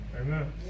Amen